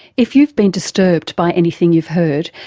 if you've been disturbed by anything you've heard,